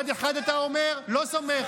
אתה סומך?